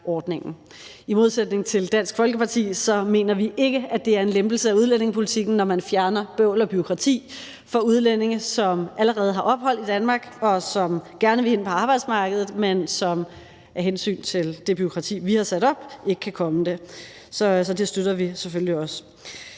I modsætning til Dansk Folkeparti mener vi ikke, at det er en lempelse af udlændingepolitikken, når man fjerner bøvl og bureaukrati for udlændinge, som allerede har ophold i Danmark, og som gerne vil ind på arbejdsmarkedet, men som på grund af det bureaukrati, vi har sat op, ikke kan komme det. Så det støtter vi selvfølgelig også.